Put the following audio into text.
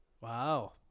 Wow